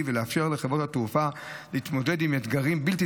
ולאפשר לחברות התעופה להתמודד עם אתגרים בלתי